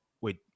Wait